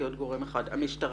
גורם אחרון המשטרה.